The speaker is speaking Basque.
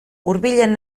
hurbilen